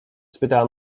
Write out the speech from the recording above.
spytała